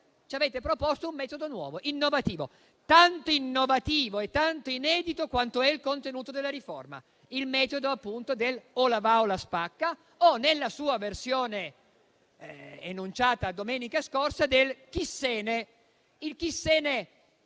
ci avete proposto un metodo nuovo e innovativo, tanto innovativo e tanto inedito quanto lo è il contenuto della riforma, il metodo appunto del "o la va o la spacca", o, nella sua versione enunciata domenica scorsa, del "chi se ne..." che